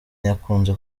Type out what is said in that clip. yakunze